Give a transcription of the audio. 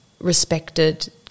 respected